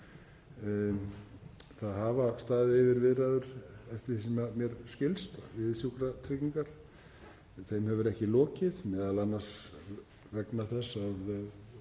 Það hafa staðið yfir viðræður, eftir því sem mér skilst, við Sjúkratryggingar. Þeim er ekki lokið, m.a. vegna þess að